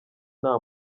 nta